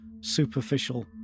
superficial